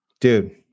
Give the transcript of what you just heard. dude